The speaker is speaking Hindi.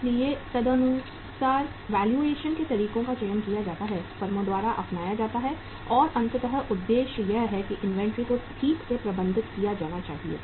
इसलिए तदनुसार वैल्यूएशन के तरीकों का चयन किया जाता है फर्मों द्वारा अपनाया जाता है और अंततः उद्देश्य यह है कि इन्वेंट्री को ठीक से प्रबंधित किया जाना चाहिए